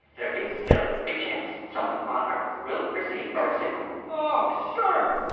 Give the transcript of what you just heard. there is still a chance someone on earth will receive our signal oh sure!